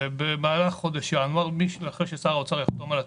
במהלך חודש ינואר אחרי ששר האוצר יחתום על התקציב,